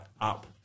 up